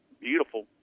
beautiful